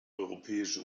europäische